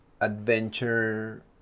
adventure